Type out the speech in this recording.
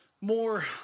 more